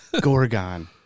Gorgon